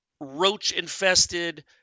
roach-infested